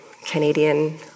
Canadian